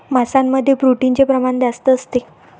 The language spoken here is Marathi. मांसामध्ये प्रोटीनचे प्रमाण जास्त असते